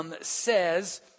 says